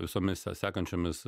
visomis sekančiomis